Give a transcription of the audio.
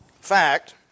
fact